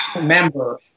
member